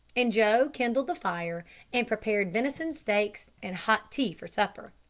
and joe kindled the fire and prepared venison steaks and hot tea for supper.